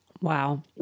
Wow